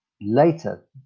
later